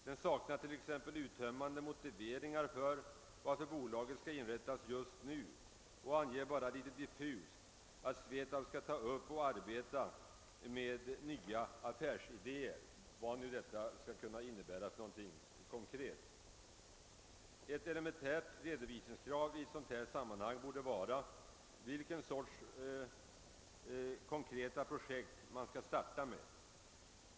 Den saknar t.ex. uttömmande motiveringar för varför bolaget skall inrättas just nu och anger endast något diffust att SVETAB skall ta upp och komma med nya affärsidéer — vad nu detta konkret kan innebära. Ett elementärt krav i ett sådant här sammanhang borde vara att redovisning lämnas beträffande vilken sorts konkreta projekt man skall starta med.